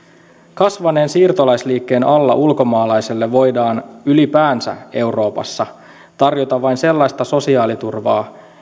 kasvaneen siirtolaisliikkeen alla ulkomaalaiselle voidaan ylipäänsä euroopassa tarjota vain sellaista sosiaaliturvaa